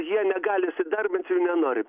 jie negali įsidarbinti jų nenori